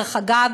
דרך אגב,